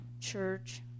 church